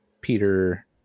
Peter